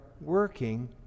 working